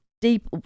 deep